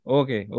okay